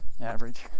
Average